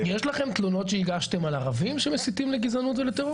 יש לכם תלונות שהגשתם על ערבים שמסיתים לגזענות ולטרור?